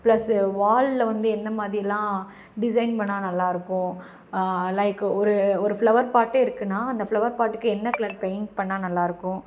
plus வால்ல வந்து எந்த மாதிரியெல்லாம் டிசைன் பண்ணால் நல்லாயிருக்கும் லைக்கு ஒரு ஒரு ஃப்ளவர் பாட்டே இருக்குன்னால் அந்த ஃப்ளவர் பாட்டுக்கு என்ன கலர் பெயிண்ட் பண்ணால் நல்லாயிருக்கும்